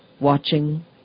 watching